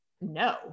no